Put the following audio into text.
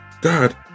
God